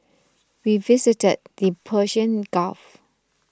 we visited the Persian Gulf